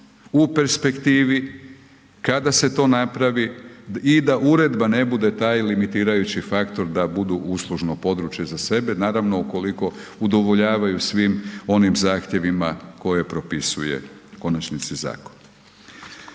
u perspektivi, kada se to napravi i da uredba ne bude taj limitirajući faktor, da budu uslužno područje za sebe, naravno ukoliko udovoljavaju svim onim zahtjevima koje propisuje u konačnici zakon.